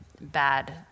bad